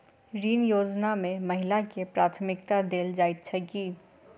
ऋण योजना मे महिलाकेँ प्राथमिकता देल जाइत छैक की?